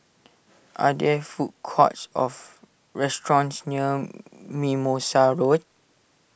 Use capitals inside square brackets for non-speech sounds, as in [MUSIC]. are there food courts of restaurants near [HESITATION] Mimosa Road